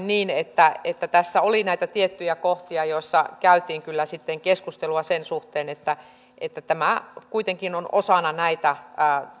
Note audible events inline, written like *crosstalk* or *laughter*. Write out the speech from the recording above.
*unintelligible* niin että että tässä nimenomaan oli näitä tiettyjä kohtia joista käytiin kyllä sitten keskustelua sen suhteen että että tämä kuitenkin on osana näitä